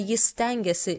jis stengiasi